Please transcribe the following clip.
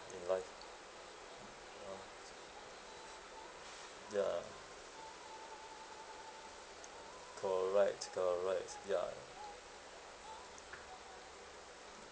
in life ya correct correct ya